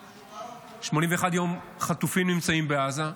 481 יום חטופים נמצאים בעזה,